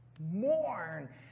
Mourn